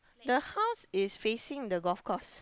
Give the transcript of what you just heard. the house is facing the golf course